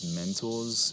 mentors